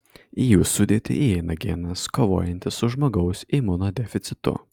į jų sudėtį įeina genas kovojantis su žmogaus imunodeficitu